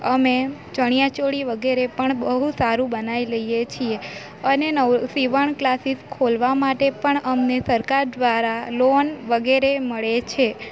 અમે ચણીયાચોળી વગેરે પણ બહુ સારું બનાવી લઈએ છીએ અને નવું સીવણ ક્લાસીસ ખોલવા માટે પણ અમને સરકાર દ્વારા લોન વગેરે મળે છે